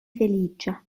feliĉa